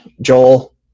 Joel